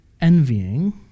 envying